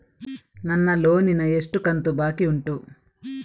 ನನ್ನ ಲೋನಿನ ಎಷ್ಟು ಕಂತು ಬಾಕಿ ಉಂಟು?